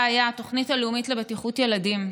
היה התוכנית הלאומית לבטיחות ילדים,